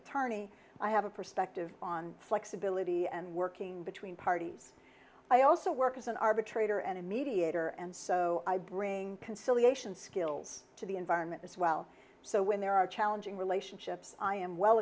attorney i have a perspective on flexibility and working between parties i also work as an arbitrator and a mediator and so i bring conciliation skills to the environment as well so when there are challenging relationships i am well